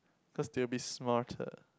cause they will be smarter